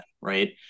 right